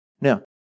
Now